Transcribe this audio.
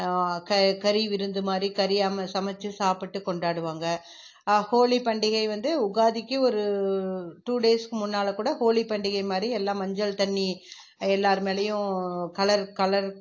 கறி விருந்து மாதிரி கறி ஆமை சமச்சு சாப்பிட்டு கொண்டாடுவாங்க ஹோலி பண்டிகை வந்து உகாதிக்கு ஒரு டூ டேஸ்க்கு முன்னால் கூட ஹோலி பண்டிகை மாதிரி எல்லாம் மஞ்சள் தண்ணி எல்லார் மேலேயும் கலர் கலர்